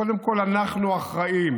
קודם כול, אנחנו אחראים